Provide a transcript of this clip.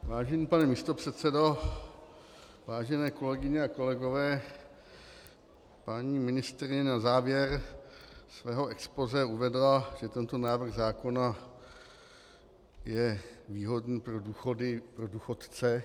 Vážený pane místopředsedo, vážené kolegyně a kolegové, paní ministryně na závěr svého expozé uvedla, že tento návrh zákona je výhodný pro důchody, pro důchodce.